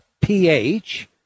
pH